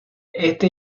este